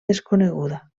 desconeguda